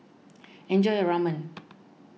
enjoy your Ramen